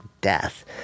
death